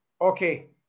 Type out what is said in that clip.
Okay